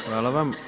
Hvala vam.